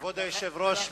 כבוד היושב-ראש,